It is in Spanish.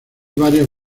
varias